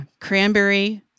cranberry